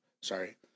sorry